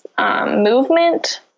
movement